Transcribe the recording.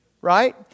Right